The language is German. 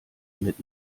mit